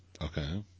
okay